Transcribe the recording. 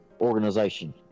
organization